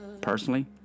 Personally